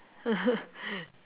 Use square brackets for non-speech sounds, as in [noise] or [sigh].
[laughs]